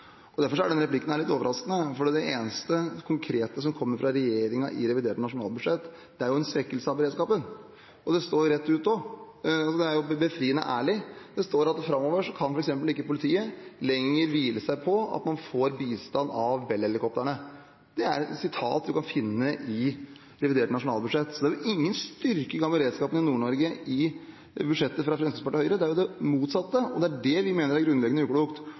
utfordringer. Derfor er denne replikken litt overraskende, for det eneste konkrete som kommer fra regjeringen i revidert nasjonalbudsjett, er en svekkelse av beredskapen. Det står rett ut og er befriende ærlig, at framover kan f.eks. ikke politiet lenger hvile seg på at man får bistand av Bell-helikoptrene. Det er et sitat man kan finne i revidert nasjonalbudsjett. Det er ingen styrking av beredskapen i Nord-Norge i budsjettet fra Fremskrittspartiet og Høyre, men det motsatte, og det er det vi mener er grunnleggende uklokt.